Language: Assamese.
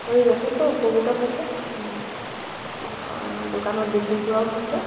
কৰি যথেষ্ট উপকৃত হৈছে দোকানত বিক্ৰী কৰাও হৈছে